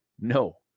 No